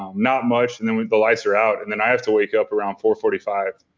not much and then when the lights are out and then i have to wake up around four forty five.